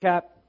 cap